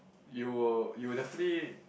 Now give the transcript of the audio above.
you were you were definitely